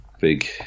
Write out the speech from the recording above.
big